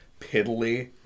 piddly